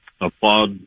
applaud